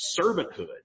servanthood